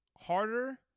harder